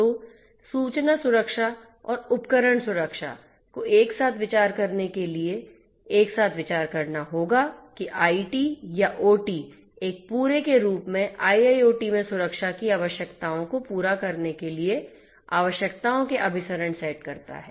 तो सूचना सुरक्षा और उपकरण सुरक्षा को एक साथ विचार करने के लिए एक साथ विचार करना होगा कि आईटी या ओटी एक पूरे के रूप में IIoT में सुरक्षा की आवश्यकताओं को पूरा करने के लिए आवश्यकताओं के अभिसरण सेट करता है